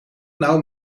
nauw